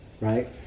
right